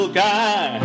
guy